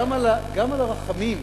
גם על הרחמים,